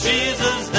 Jesus